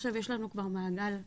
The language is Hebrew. עכשיו יש לנו כבר מעגל שלישי.